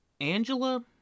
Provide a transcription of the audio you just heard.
angela